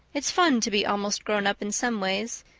it's fun to be almost grown up in some ways,